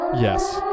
Yes